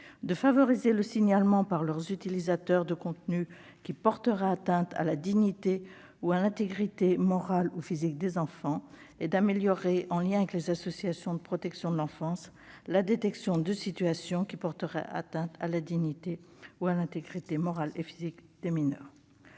de favoriser le signalement, par leurs utilisateurs, de contenus qui porteraient atteinte à la dignité ou à l'intégrité morale ou physique des enfants et d'améliorer, en lien avec des associations de protection de l'enfance, la détection de situations qui porteraient atteinte à la dignité ou à l'intégrité morale ou physique des mineurs.